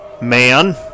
Man